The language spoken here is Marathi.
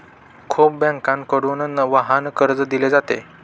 खूप बँकांकडून वाहन कर्ज दिले जाते